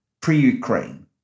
pre-Ukraine